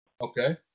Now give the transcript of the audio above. Okay